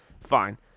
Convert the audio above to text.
fine